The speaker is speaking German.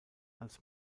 als